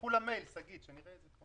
תשלחו למייל, שגית, שנראה את זה.